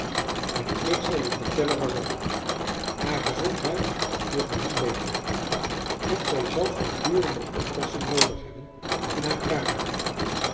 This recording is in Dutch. en ik zal je vertellen waarom haar gezondheid wordt er niet beter op en zij zal voortdurende oppassing noodig hebben in haar kamer